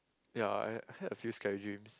ya I had a few scary dreams